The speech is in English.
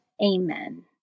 Amen